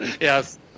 Yes